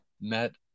met